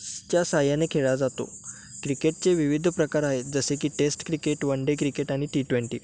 स् च्या साहाय्याने खेळला जातो क्रिकेटचे विविध प्रकार आहेत जसे की test cricket one day cricket आणि टी ट्वेंटी